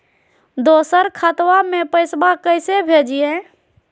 दोसर खतबा में पैसबा कैसे भेजिए?